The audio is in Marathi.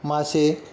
मासे